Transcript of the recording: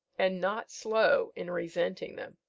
and not slow in resenting them.